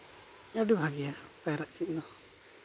ᱟᱹᱰᱤ ᱵᱷᱟᱜᱮᱭᱟ ᱯᱟᱭᱨᱟᱜ ᱪᱮᱫ ᱫᱚ